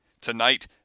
Tonight